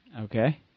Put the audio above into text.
Okay